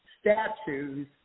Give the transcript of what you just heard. statues